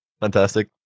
Fantastic